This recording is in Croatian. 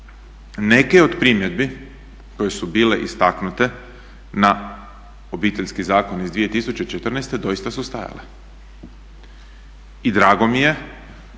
Neke od primjedbi koje su bile istaknute na Obiteljski zakon iz 2014.doista su stajale i drugo mi je